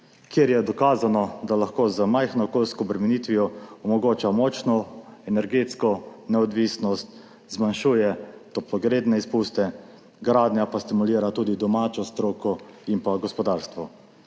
ker je dokazano, da lahko z majhno okoljsko obremenitvijo omogoča močno energetsko neodvisnost, zmanjšuje toplogredne izpuste, gradnja pa stimulira tudi domačo stroko in gospodarstvo.